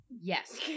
Yes